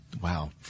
wow